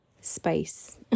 spice